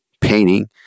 painting